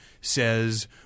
says